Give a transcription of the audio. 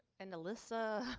and alissa.